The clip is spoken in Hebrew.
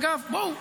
אגב, בואו,